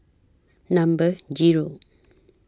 Number Zero